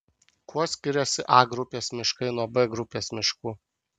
kuo skiriasi a grupės miškai nuo b grupės miškų